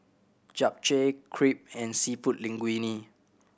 Japchae Crepe and Seafood Linguine